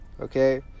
okay